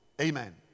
Amen